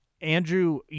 Andrew